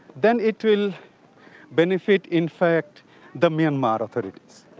then it will benefit in fact the myanmar authorities.